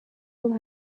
گفت